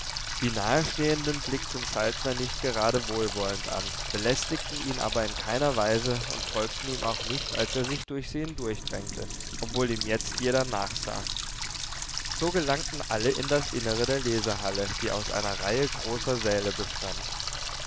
die nahestehenden blickten saltner nicht gerade wohlwollend an belästigten ihn aber in keiner weise und folgten ihm auch nicht als er sich durch sie hindurchdrängte obwohl ihm jetzt jeder nachsah so gelangten alle in das innere der lesehalle die aus einer reihe großer säle bestand